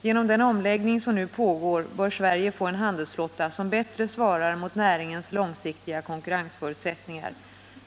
Genom den omläggning som nu pågår bör Sverige få en handelsflotta som bättre svarar mot näringens långsiktiga konkurrensförutsättningar.